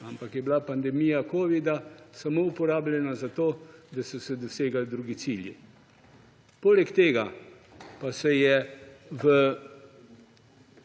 ampak je bila pandemija covida samo uporabljena zato, da so se dosegali drugi cilji. Poleg tega pa so bili